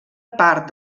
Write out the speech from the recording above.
part